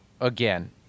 again